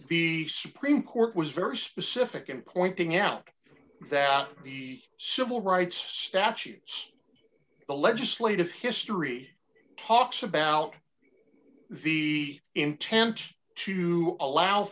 the supreme court was very specific in pointing out that in the civil rights statutes the legislative history talks about the intent to allow